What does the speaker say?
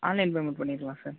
online payment பண்ணிக்கலாம் sir